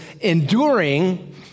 enduring